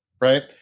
Right